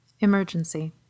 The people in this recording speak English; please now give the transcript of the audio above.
emergency